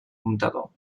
comptador